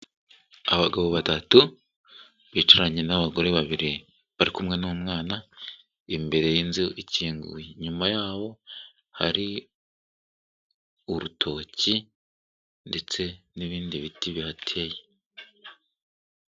Abagabo batatu bicaranye n'abagore babiri bari kumwe n'umwana, imbere y'inzu ikinguye. Inyuma yabo hari urutoki ndetse n'ibindi biti bihateye.